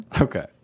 Okay